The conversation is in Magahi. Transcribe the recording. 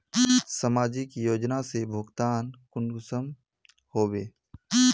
समाजिक योजना से भुगतान कुंसम होबे?